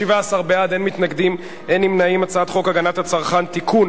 הצעת חוק הגנת הצרכן (תיקון,